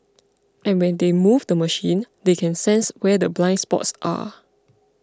and when they move the machine they can sense where the blind spots are